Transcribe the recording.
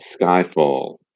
skyfall